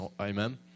Amen